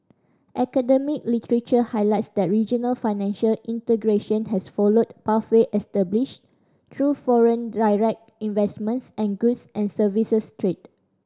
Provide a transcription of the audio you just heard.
academic literature highlights that regional financial integration has followed pathway established through foreign direct investments and goods and services trade